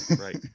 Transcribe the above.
Right